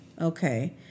Okay